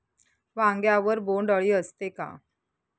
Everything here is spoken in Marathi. वांग्यावर बोंडअळी असते का?